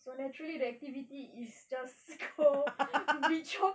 so naturally the activity is just go